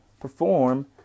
perform